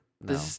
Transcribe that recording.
No